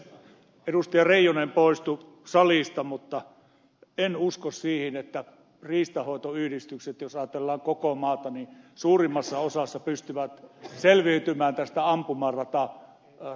reijonen poistui salista mutta en usko siihen että riistanhoitoyhdistykset jos ajatellaan koko maata suurimmassa osassa pystyvät selviytymään näistä ampumaratarakennusprojekteista